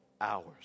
hours